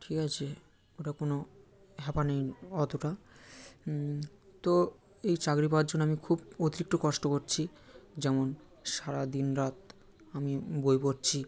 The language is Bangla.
ঠিক আছে ওটা কোনো হ্যাপা নেই অতটা তো এই চাকরি পাওয়ার জন্য আমি খুব অতিরিক্ত কষ্ট করছি যেমন সারা দিন রাত আমি বই পড়ছি